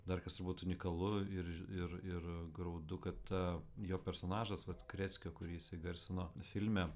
dar kas turbūt unikalu ir ir ir graudu kad ta jo personažas vat kreskio kurį jisai garsino filme